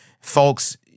Folks